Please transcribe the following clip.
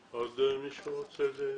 עוד מישהו רוצה להתבטא?